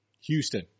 houston